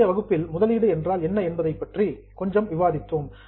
முந்தைய வகுப்பில் முதலீடு என்றால் என்ன என்பது பற்றி கொஞ்சம் விவாதித்தோம்